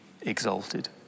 exalted